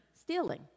stealing